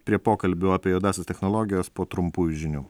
prie pokalbių apie juodąsias technologijas po trumpųjų žinių